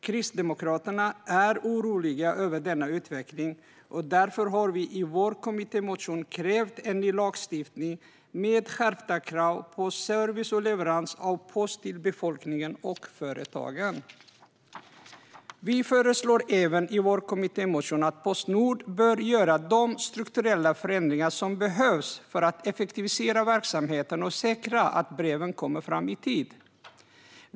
Kristdemokraterna är oroliga över denna utveckling. Därför har vi i vår kommittémotion krävt en ny lagstiftning med skärpta krav på service och leverans av post till befolkningen och företagen. Vi föreslår även i vår kommittémotion att Postnord ska göra de strukturella förändringar som behövs för att effektivisera verksamheten och säkra att breven kommer fram i tid.